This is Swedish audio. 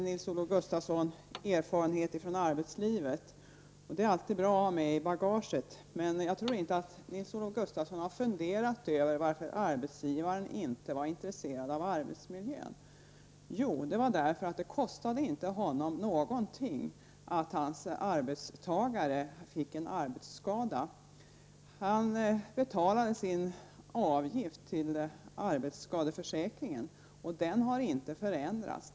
Nils-Olof Gustafsson har erfarenheter från arbetslivet, och det är alltid bra att ha med i bagaget. Jag tror emellertid inte att Nils-Olof Gustafsson har funderat över varför arbetsgivaren inte var intresserad av arbetsmiljön. Anledningen var att det inte kostade honom någonting att hans arbetstagare fick en arbetsskada. Han betalade sin avgift till arbetsskadeförsäkringen, och den har inte förändrats.